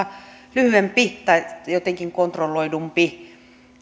se on jotenkin kontrolloidumpi